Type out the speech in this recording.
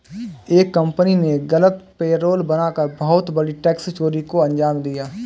एक कंपनी ने गलत पेरोल बना कर बहुत बड़ी टैक्स चोरी को अंजाम दिया